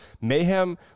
Mayhem